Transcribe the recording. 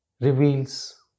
reveals